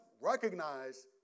recognize